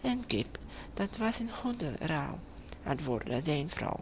een kip dat was een goede ruil antwoordde zijn vrouw